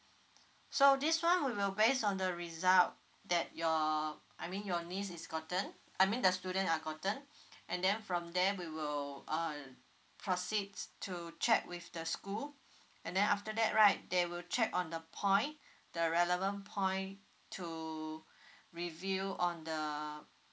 so this one we will based on the result that your I mean your niece is gotten I mean the student are gotten and then from there we will uh proceed to check with the school and then after that right they will check on the point the relevant point to review on the